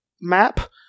map